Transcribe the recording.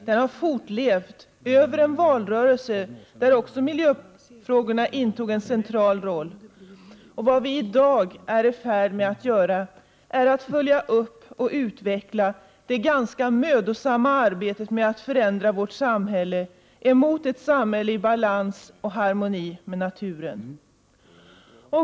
Den har fortlevt över en valrörelse, där också miljöfrågorna spelade en central roll, och vad vi i dag är i färd med att göra är att följa upp och utveckla det ganska mödosamma arbetet med att förändra vårt samhälle mot ett samhälle i balans och harmoni med naturen.